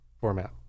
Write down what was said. format